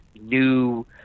new